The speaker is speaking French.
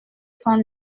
cent